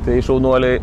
tai šaunuoliai